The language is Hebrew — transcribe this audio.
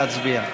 נא להצביע.